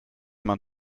man